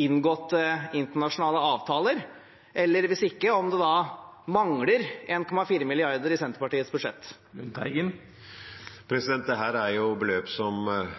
inngåtte internasjonale avtaler. Og hvis ikke: Mangler det 1,4 mrd. kr i Senterpartiets budsjett? Dette er beløp som